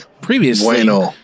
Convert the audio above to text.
previously